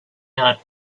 out